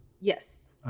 Yes